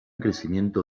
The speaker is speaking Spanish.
crecimiento